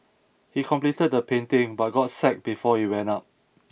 he completed the painting but got sacked before it went up